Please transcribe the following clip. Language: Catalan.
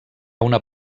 una